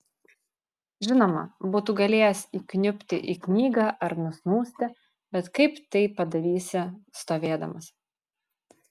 žinoma būtų galėjęs įkniubti į knygą ar nusnūsti bet kaip tai padarysi stovėdamas